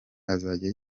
azajya